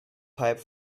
pipe